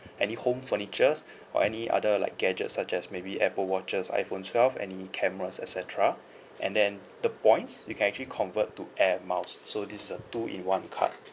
any home furnitures or any other like gadgets such as maybe apple watches iphone twelve any cameras et cetera and then the points you can actually convert to air miles so this a two-in-one card